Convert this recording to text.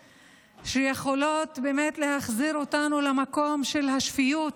שיכולות באמת להחזיר אותנו למקום של השפיות,